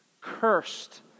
Cursed